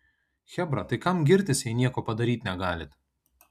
chebra tai kam girtis jei nieko padaryt negalit